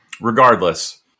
Regardless